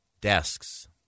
desks